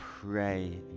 pray